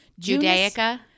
judaica